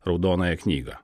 raudonąją knygą